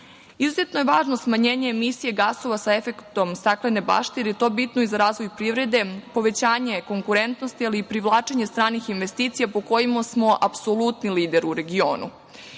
gubicima. Izuzetno je važno smanjenje emisije gasova sa efektom staklene bašte jer je to bitno i za razvoj privrede, povećanje konkurentnosti ali i privlačenje stranih investicija, po kojima smo apsolutni lider u